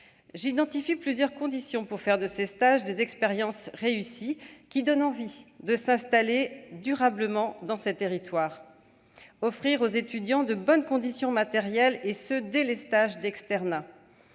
J'identifie plusieurs conditions pour faire de ces stages des expériences réussies, donnant envie de s'installer durablement dans ces territoires : offrir aux étudiants de bonnes conditions matérielles, et ce dès les stages d'externat